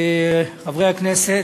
חברי הכנסת,